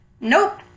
Nope